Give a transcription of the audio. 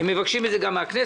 הם מבקשים את זה גם מהכנסת,